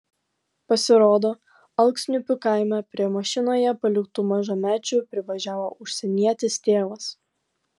pasirodo alksniupių kaime prie mašinoje paliktų mažamečių privažiavo užsienietis tėvas